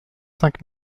cinq